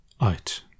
Out